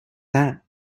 that